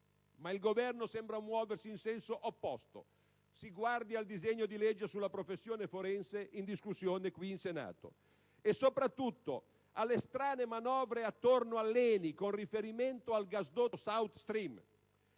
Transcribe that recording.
Ma il Governo sembra muoversi in senso opposto: si guardi al disegno di legge sulla professione forense in discussione qui in Senato. E, soprattutto, alle strane manovre attorno ad ENI, con riferimento al gasdotto Southstream.